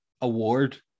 award